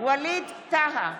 ווליד טאהא,